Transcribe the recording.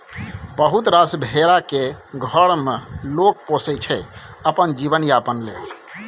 बहुत रास भेरा केँ घर मे लोक पोसय छै अपन जीबन यापन लेल